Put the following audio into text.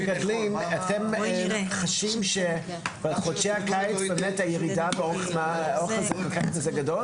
אתם חשים שבחודשי הקיץ הירידה באוכל היא גדולה?